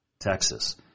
Texas